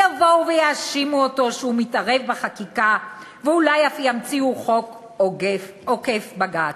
יבואו ויאשימו אותו שהוא מתערב בחקיקה ואולי אף ימציאו חוק עוקף בג"ץ.